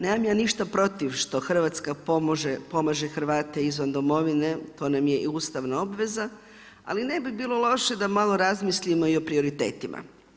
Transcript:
Nemam ja ništa protiv, što Hrvatska pomaže Hrvate izvan domovine, to nam je i Ustavna obveza, ali ne bi bilo loše da malo razmislimo i o prioritetima.